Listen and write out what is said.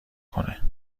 کنه